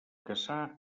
caçar